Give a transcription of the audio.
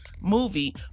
movie